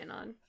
on